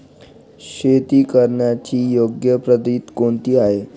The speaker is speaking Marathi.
शेती करण्याची योग्य पद्धत कोणती आहे?